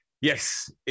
Yes